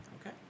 okay